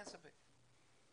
אין ספק.